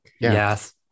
Yes